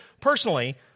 Personally